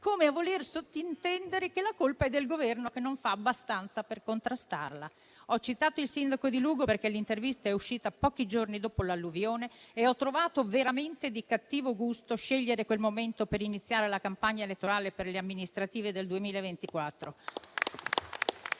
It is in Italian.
come a voler sottintendere che la colpa è del Governo che non fa abbastanza per contrastarla. Ho citato il sindaco di Lugo perché l'intervista è uscita pochi giorni dopo l'alluvione e ho trovato veramente di cattivo gusto scegliere quel momento per iniziare la campagna elettorale per le amministrative del 2024.